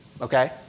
Okay